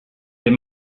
they